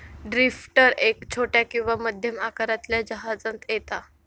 drifter एक छोट्या किंवा मध्यम आकारातल्या जहाजांत येता